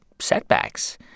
setbacks